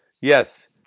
yes